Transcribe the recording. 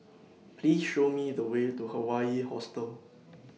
Please Show Me The Way to Hawaii Hostel